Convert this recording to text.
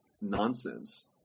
nonsense